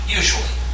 usually